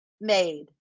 made